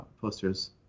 posters